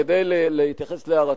כדי להתייחס להערתו,